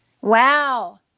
Wow